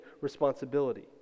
responsibility